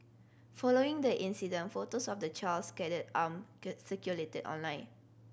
following the incident photos of the child's scalded arm circulated online